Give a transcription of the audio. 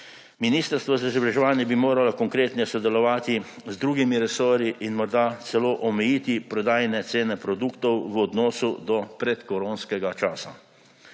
Ministrstvo za izobraževanje bi moralo konkretneje sodelovati z drugimi resorji in morda celo omejiti prodajne cene produktov v odnosu do predkoronskega časa.